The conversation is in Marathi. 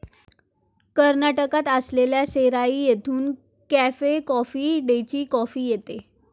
कर्नाटकात असलेल्या सेराई येथून कॅफे कॉफी डेची कॉफी येते